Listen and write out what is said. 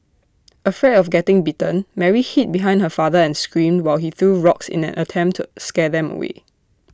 afraid of getting bitten Mary hid behind her father and screamed while he threw rocks in an attempt to scare them away